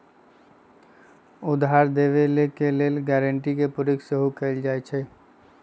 उधार देबऐ के लेल गराँटी के प्रयोग सेहो कएल जाइत हइ